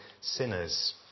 sinners